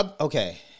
Okay